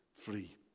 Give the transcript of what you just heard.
free